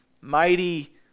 mighty